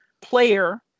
player